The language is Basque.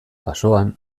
basoan